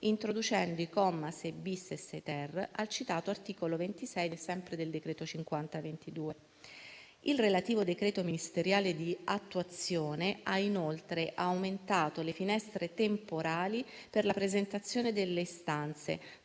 introducendo i commi 6-*bis* e 6-*ter* al citato articolo 26 del decreto-legge n. 50 del 2022. Il relativo decreto ministeriale di attuazione ha inoltre aumentato le finestre temporali per la presentazione delle istanze,